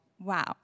Wow